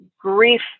grief